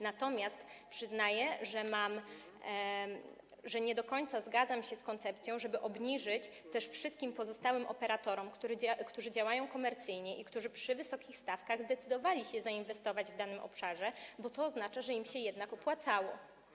Natomiast przyznaję, że nie do końca zgadzam się z koncepcją, żeby obniżyć wszystkim pozostałym operatorom, którzy działają komercyjnie, którzy przy wysokich stawkach zdecydowali się zainwestować w danym obszarze, bo to oznacza, że im się jednak opłacało.